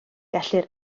gellir